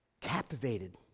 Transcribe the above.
captivated